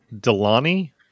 Delaney